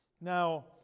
now